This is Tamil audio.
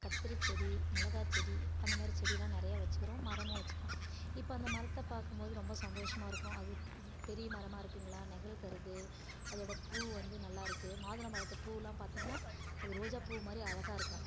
கத்தரி செடி மிளகாய் செடி அந்த மாதிரி செடிலாம் நிறையா வச்சிக்கிறோம் மரம் வச்சிக்கிறோம் இப்போ அந்த மரத்தை பார்க்கும் போது ரொம்ப சந்தோசமாக இருக்கும் அது பெரிய மரமாக இருக்கதுங்களா நிழல் தருது அதோடய பூ வந்து நல்லா இருக்குது மாதுளம் பழத்து பூவெலாம் பார்த்திங்கன்னா அது ரோஜா பூ மாதிரி அழகாக இருக்கும்